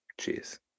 cheers